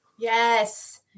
Yes